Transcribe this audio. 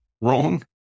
wrong